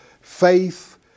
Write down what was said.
faith